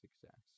success